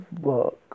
work